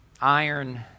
iron